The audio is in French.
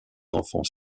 enfants